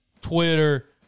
Twitter